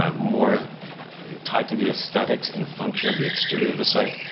um more tied to the aesthetics and function of the exterior of the site.